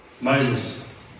Moses